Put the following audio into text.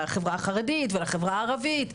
לחברה החרדית ולחברה הערבית,